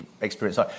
experience